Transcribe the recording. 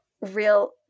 Real